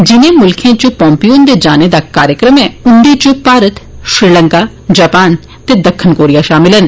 जिने मुल्खें इच पोम्पो हुन्दे जाने दा कार्यक्रम ऐ उन्दे इच भारत श्रीलंका जपान ते दक्खन कोरिया शामल न